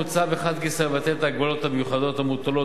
מוצע מחד גיסא לבטל את ההגבלות המיוחדות המוטלות